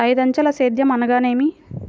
ఐదంచెల సేద్యం అనగా నేమి?